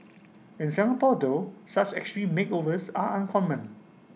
in Singapore though such extreme makeovers are uncommon